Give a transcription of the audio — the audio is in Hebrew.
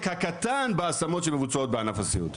הקטן מההשמות שמבוצעות באגף הסיעוד.